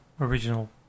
original